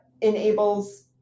enables